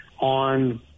on